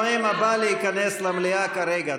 אתם מפריעים לנואם הבא להיכנס למליאה כרגע.